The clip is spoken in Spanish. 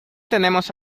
tenemos